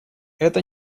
это